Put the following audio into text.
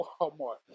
Walmart